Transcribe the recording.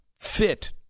fit